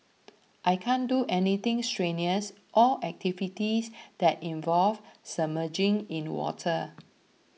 I can't do anything strenuous or activities that involve submerging in water